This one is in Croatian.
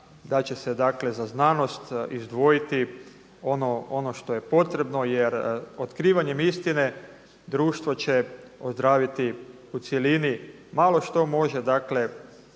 da će se dakle za znanost izdvojiti ono što je potrebno jer otkrivanjem istine društvo će ozdraviti u cjelini, malo što može dakle